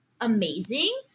amazing